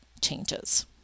changes